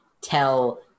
tell